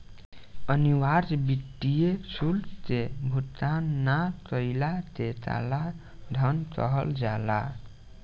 अनिवार्य वित्तीय शुल्क के भुगतान ना कईला के कालाधान कहल जाला